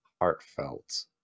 heartfelt